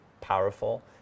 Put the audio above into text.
powerful